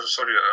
Sorry